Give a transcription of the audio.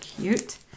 cute